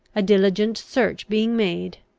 a diligent search being made,